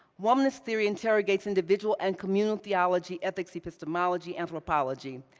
womanist theory interrogates individual and communal theology, ethics, epistemology, anthropology.